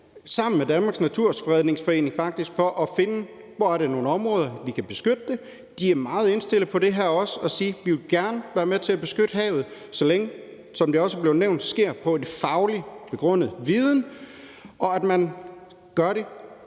sammen med Danmarks Naturfredningsforening for at finde, hvor der er nogle områder, vi kan beskytte. De er også meget indstillet på det her og siger, at de gerne vil være med til at beskytte havet, så længe, som det også er blevet nævnt, det sker på fagligt begrundet viden, og at man gør det